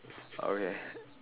okay